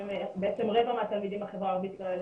בעצם לרבע מהתלמידים בחברה הערבית לא היה מחשב,